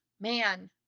man